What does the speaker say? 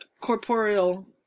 corporeal